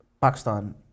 Pakistan